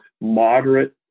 moderate